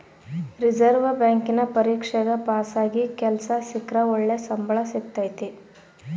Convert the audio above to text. reserve ಬ್ಯಾಂಕಿನ ಪರೀಕ್ಷೆಗ ಪಾಸಾಗಿ ಕೆಲ್ಸ ಸಿಕ್ರ ಒಳ್ಳೆ ಸಂಬಳ ಸಿಕ್ತತತೆ